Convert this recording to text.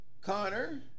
Connor